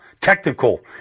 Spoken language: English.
technical